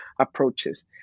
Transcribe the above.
approaches